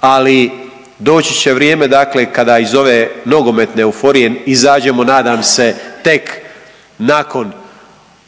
Ali doći će vrijeme dakle kada iz ove nogometne euforije izađemo nadam se tek nakon